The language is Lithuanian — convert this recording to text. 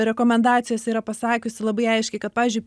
rekomendacijose yra pasakiusi labai aiškiai kad pavyzdžiui